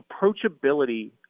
approachability